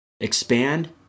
expand